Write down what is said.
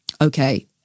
okay